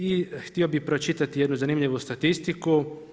I htio bih pročitati jednu zanimljivu statistiku.